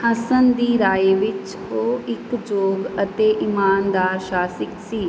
ਹਸਨ ਦੀ ਰਾਏ ਵਿੱਚ ਉਹ ਇੱਕ ਯੋਗ ਅਤੇ ਈਮਾਨਦਾਰ ਸ਼ਾਸਕ ਸੀ